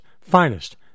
finest